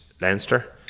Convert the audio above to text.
Leinster